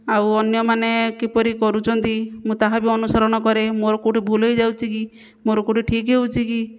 ଆଉ ଅନ୍ୟମାନେ କିପରି କରୁଛନ୍ତି ମୁଁ ତାହା ବି ଅନୁସରଣ କରେ ମୋର କେଉଁଠି ଭୁଲ୍ ହେଇଯାଉଛି କି ମୋର କେଉଁଠି ଠିକ୍ ହଉଛି କି